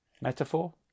Metaphor